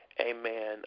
amen